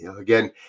again